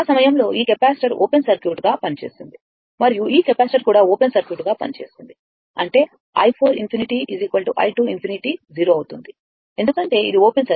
ఆ సమయంలో ఈ కెపాసిటర్ ఓపెన్ సర్క్యూట్గా పనిచేస్తుంది మరియు ఈ కెపాసిటర్ కూడా ఓపెన్ సర్క్యూట్గా పనిచేస్తుంది అంటే i 4 ∞ i2∞ 0 అవుతుంది ఎందుకంటే ఇది ఓపెన్ సర్క్యూట్